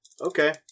Okay